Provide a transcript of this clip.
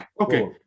Okay